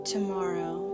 Tomorrow